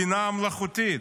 הבינה המלאכותית?